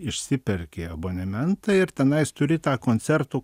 išsiperki abonementą ir tenais turi tą koncertų